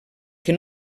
que